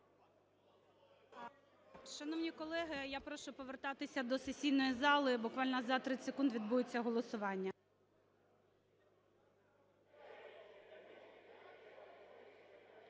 Шановні колеги, я прошу повертатися до сесійної зали, буквально за 30 секунд відбудеться голосування.